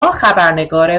خبرنگار